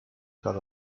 got